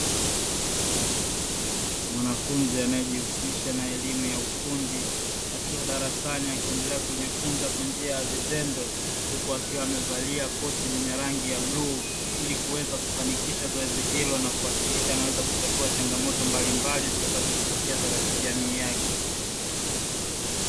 Mwanafunzi anayejihusisha na elimu ya ufundi akiwa darasani akiendelea kujifunza kwa njia ya vitendo huku akiwa amevalia koti lenye rangi ya bluu, ili kuweza kufanikisha zoezi hilo na kuhakikisha anaweza kutatua changomoto mbalimbali zitakazojitokeza katika jamii yake.